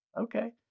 Okay